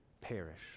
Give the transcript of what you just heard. perish